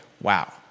Wow